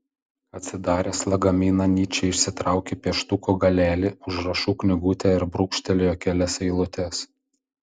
atsidaręs lagaminą nyčė išsitraukė pieštuko galelį užrašų knygutę ir brūkštelėjo kelias eilutes